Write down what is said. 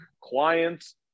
clients